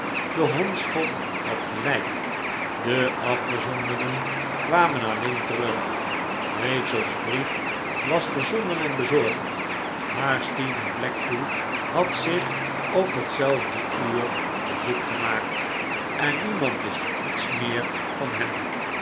de hondsvot had gelijk de afgezondenen kwamen alleen terug rachel's brief was verzonden en bezorgd maar stephen blackpool had zich op hetzelfde uur te zoek gemaakt en niemand wist iets meer van hem